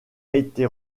été